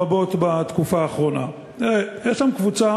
הרבות בתקופה האחרונה: יש קבוצת